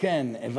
יש כאן מלא.